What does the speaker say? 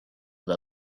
with